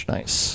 Nice